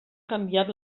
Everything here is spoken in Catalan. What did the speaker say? canviat